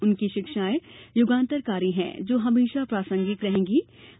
उनकी शिक्षाएं युगांतरकारी हैं जो हमेशा प्रासंगिक रहेंगीं